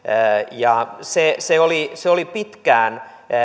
ja se oli se oli pitkään